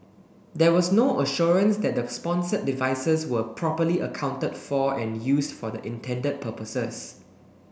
there was no assurance that the sponsored devices were properly accounted for and used for the intended purposes